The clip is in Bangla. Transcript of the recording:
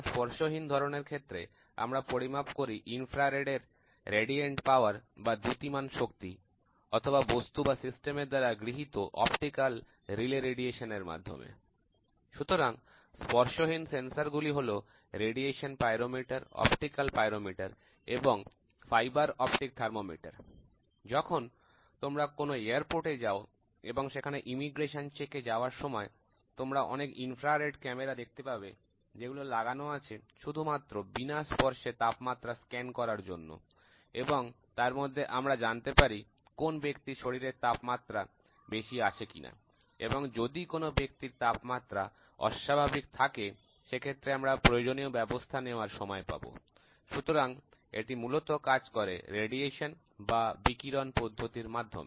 স্পর্শহীন ধরনের ক্ষেত্রে আমরা পরিমাপ করি ইনফ্রারেড এর দ্যুতিমান শক্তি বা অথবা বস্তু বা সিস্টেমের দ্বারা গৃহীত অপটিক্যাল রিলে রেডিয়েশন এর মাধ্যমে সুতরাং স্পর্শহীন সেন্সার গুলি হল রেডিয়েশন পাইরোমিটার অপটিক্যাল পাইরোমিটার এবং ফাইবার অপটিক থার্মোমিটার যখন তোমরা কোন এয়ারপোর্টে যাও এবং সেখানে ইমিগ্রেশন চেক এ যাওয়ার সময় তোমরা অনেক ইনফ্রারেড ক্যামেরা দেখতে পাবে যেগুলো লাগানো আছে শুধুমাত্র বিনা স্পর্শে তাপমাত্রা স্ক্যান করার জন্য এবং তার মাধ্যমে আমরা জানতে পারি কোন ব্যক্তির শরীরের তাপমাত্রা বেশি আছে কিনা এবং যদি কোন ব্যক্তির তে তাপমাত্রা অস্বাভাবিক থাকে সেক্ষেত্রে আমরা প্রয়োজনীয় ব্যবস্থা নেওয়ার সময় পাবো সুতরাং এটি মূলত কাজ করে বিকিরণ পদ্ধতির মাধ্যমে